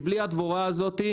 כי בלי הדבורה הזאת,